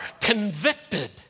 convicted